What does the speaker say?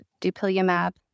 dupilumab